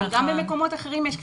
אבל גם במקומות אחרים יש קפיצה.